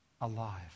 Alive